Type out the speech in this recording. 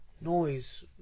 noise